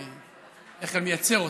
אני בדרך כלל מייצר אותן,